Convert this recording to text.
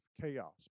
chaos